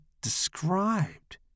described